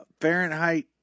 Fahrenheit